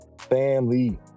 family